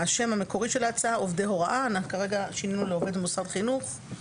השם המקורי של ההצעה "עובדי הוראה" כרגע שינינו ל"עובד מוסד חינוך".